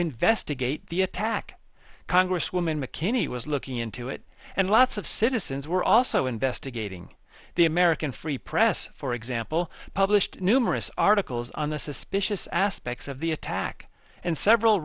investigate the attack congresswoman mckinney was looking into it and lots of citizens were also investigating the american free press for example published numerous articles on the suspicious aspects of the attack and several